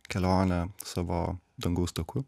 kelionę savo dangaus taku